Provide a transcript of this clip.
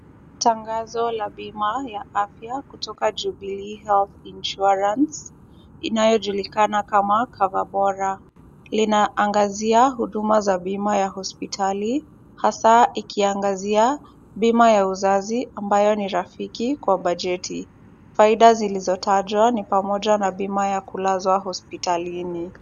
Tangazo la bima ya afya kutoka Jubilee Health Insurance, inayojulikana kama cover bora, linaangazia huduma za bima ya hospitali hasa ikiangazia bima ya uzazi ambayo ni rafiki kwa bajeti. Faida zilizotajwa ni pamoja na bima ya kulazwa hospitalini.